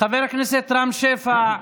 חבר הכנסת רם שפע,